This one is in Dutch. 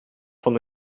van